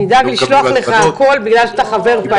נדאג לשלוח לך הכול בגלל שאתה חבר פעיל.